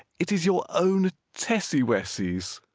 it is your own tessie wessie's.